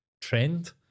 trend